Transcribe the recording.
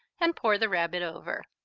and pour the rabbit over.